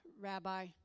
Rabbi